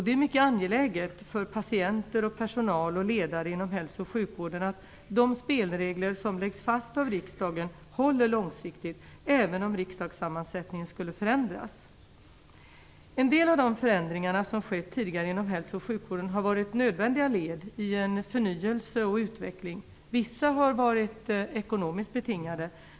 Det är mycket angeläget för patienter, personal och ledare inom hälso och sjukvården att de spelregler som läggs fast av riksdagen håller långsiktigt, även om riksdagssammansättningen skulle förändras. En del av de förändringar som har skett tidigare inom hälso och sjukvården har varit nödvändiga led i en förnyelse och utveckling. Vissa har varit ekonomiskt betingade.